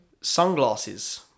sunglasses